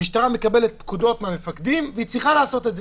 המשטרה מקבלת פקודות מהמפקדים והיא צריכה לעשות את זה.